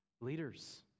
Leaders